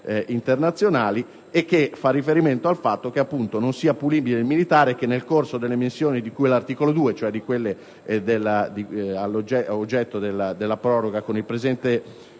internazionali e che fa riferimento al fatto che, appunto, non è punibile il militare che, nel corso delle missioni di cui all'articolo 2 (cioè di quelle oggetto della proroga con il presente